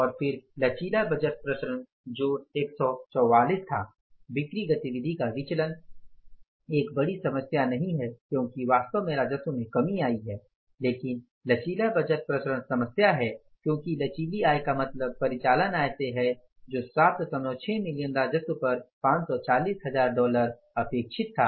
और फिर लचीला बजट विचरण जो 144 था बिक्री गतिविधि का विचलन एक बड़ी समस्या नहीं है क्योंकि वास्तव में राजस्व में कमी आई है लेकिन लचीले बजट विचरण समस्या है क्योंकि लचीली आय का मतलब परिचालन आय से है जो 76 मिलियन राजस्व पर 540000 डॉलर अपेक्षित था